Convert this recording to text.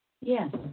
Yes